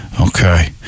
Okay